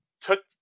took